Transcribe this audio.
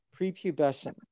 prepubescent